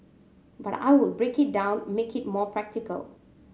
but I would break it down make it more practical